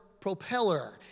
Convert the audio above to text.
propeller